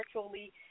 virtually